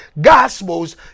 gospels